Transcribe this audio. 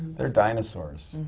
they're dinosaurs.